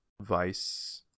vice